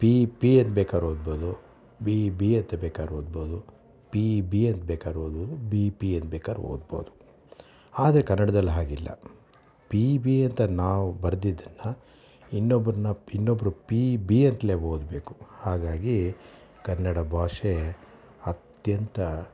P P ಅನ್ಬೇಕಾದರೆ ಓದ್ಬೋದು B B ಅಂತ ಬೇಕಾದ್ರೆ ಓದ್ಬೋದು ಪಿ ಬಿ ಅಂತ ಬೇಕಾದರೆ ಓದ್ಬೋದು ಬಿ ಪಿ ಅನ್ಬೇಕಾದ್ರೆ ಓದ್ಬೋದು ಆದರೆ ಕನ್ನಡದಲ್ಲಿ ಹಾಗಿಲ್ಲ ಪಿ ಬಿ ಅಂತ ನಾವು ಬರ್ದಿದ್ದನ್ನು ಇನ್ನೊಬ್ರನ್ನು ಇನ್ನೊಬ್ರ ಪಿ ಬಿ ಅಂತಲೇ ಓದಬೇಕು ಹಾಗಾಗಿ ಕನ್ನಡ ಭಾಷೆ ಅತ್ಯಂತ